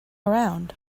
around